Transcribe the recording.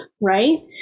Right